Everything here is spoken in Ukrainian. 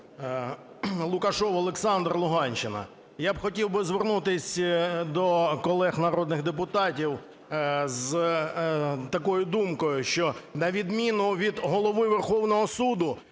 Лукашев Олександр, Луганщина. Я б хотів би звернутись до колег народних депутатів з такою думкою. Що на відміну від Голови Верховного Суду